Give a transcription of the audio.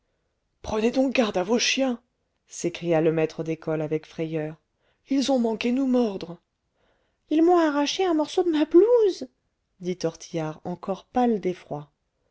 prenez donc garde à vos chiens s'écria le maître d'école avec frayeur ils ont manqué nous mordre ils m'ont arraché un morceau de ma blouse dit tortillard encore pâle d'effroi